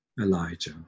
Elijah